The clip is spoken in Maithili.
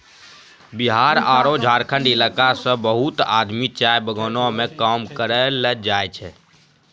बिहार आरो झारखंड इलाका सॅ बहुत आदमी चाय बगानों मॅ काम करै ल जाय छै